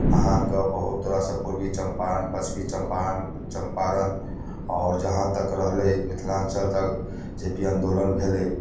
अहाँके बहुत तरहसँ पूर्वी चम्पारण पश्चिमी चम्पारण चम्पारण आओर जहाँ तक रहलै मिथिलाञ्चल तक जे पी आंदोलन भेलै